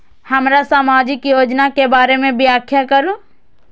हमरा सामाजिक योजना के बारे में व्याख्या करु?